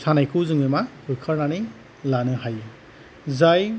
सानायखौ जोङो मा होखारनानै लानो हायो जाय